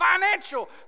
Financial